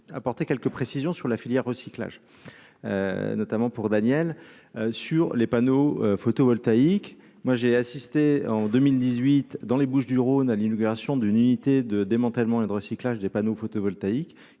apporter quelques précisions sur la filière recyclage notamment pour Daniel sur les panneaux photovoltaïques, moi j'ai assisté en 2018 dans les Bouches du Rhône à l'inauguration d'une unité de démantèlement et de recyclage des panneaux photovoltaïques